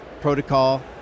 protocol